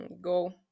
go